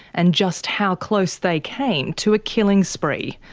and just how close they came to a killing spree.